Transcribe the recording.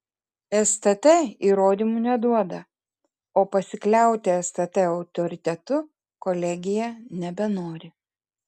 stt įrodymų neduoda o pasikliauti stt autoritetu kolegija nebenori